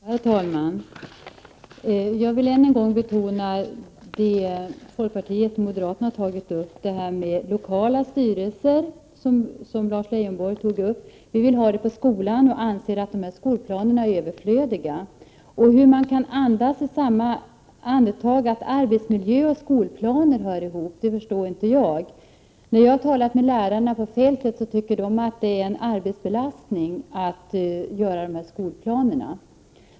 Herr talman! Jag vill än en gång betona vad folkpartiet och moderaterna har tagit upp bl.a. om lokala styrelser, som Lars Leijonborg nämnde. Vi vill ha dem på skolan och anser att skolplanerna är överflödiga. Hur man i samma andetag kan påstå att arbetsmiljö och skolplaner hör ihop förstår inte jag. När jag har talat med lärare på fältet har de tyckt att det är en arbetsbelastning att göra de här skolplanerna.